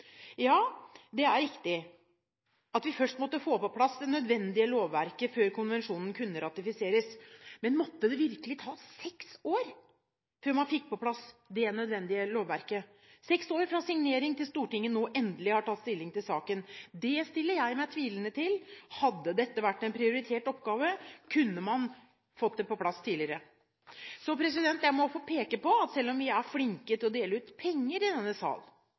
Ja, det er riktig at vi måtte få på plass det nødvendige lovverket før konvensjonen kunne ratifiseres. Men måtte det virkelig ta seks år før man fikk på plass det nødvendige lovverket? Seks år fra signering til Stortinget nå endelig har tatt stilling til saken? Det stiller jeg meg tvilende til. Hadde dette vært en prioritert oppgave, kunne man fått det på plass tidligere. Jeg må få peke på at selv om vi er flinke til å dele ut penger i denne sal,